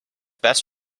best